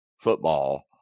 football